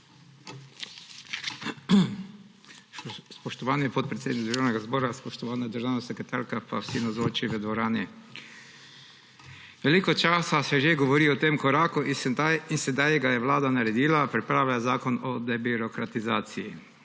Spoštovani podpredsednik Državnega zbora, spoštovana državna sekretarka in vsi navzoči v dvorani! Veliko časa se že govori o tem koraku in sedaj ga je Vlada naredila, pripravila je zakon o debirokratizaciji.